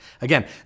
Again